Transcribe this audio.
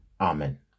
Amen